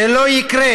זה לא יקרה.